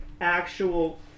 actual